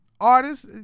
artist